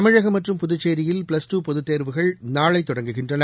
தமிழகம் மற்றும் புதுச்சேரியில் plus two பொதத் தேர்வுகள் நாளை தொடங்குகின்றன